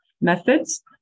methods